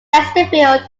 chesterfield